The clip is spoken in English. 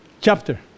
chapter